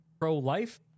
pro-life